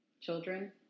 Children